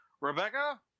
Rebecca